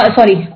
Sorry